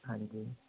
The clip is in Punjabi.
ਹਾਂਜੀ